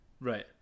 right